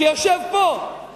שיושב פה,